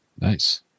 Nice